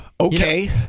Okay